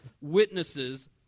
witnesses